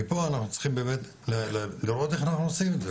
מפה אנחנו צריכים באמת לראות איך אנחנו עושים את זה,